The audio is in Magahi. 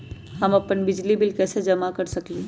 हम अपन बिजली बिल कैसे जमा कर सकेली?